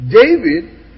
David